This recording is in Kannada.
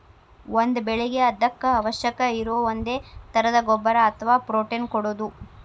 ಒಂದ ಬೆಳಿಗೆ ಅದಕ್ಕ ಅವಶ್ಯಕ ಇರು ಒಂದೇ ತರದ ಗೊಬ್ಬರಾ ಅಥವಾ ಪ್ರೋಟೇನ್ ಕೊಡುದು